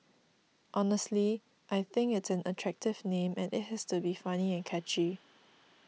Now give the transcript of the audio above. honestly I think it's an attractive name and it has to be funny and catchy